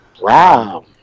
Wow